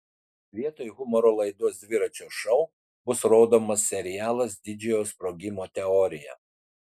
vietoj humoro laidos dviračio šou bus rodomas serialas didžiojo sprogimo teorija